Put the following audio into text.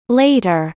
later